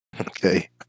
Okay